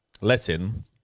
Letting